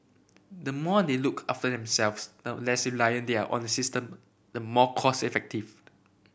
the more they look after themselves the less reliant they are on the system the more cost effective